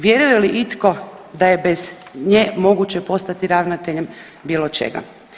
Vjeruje li itko da je bez nje moguće postati ravnateljem bilo čega?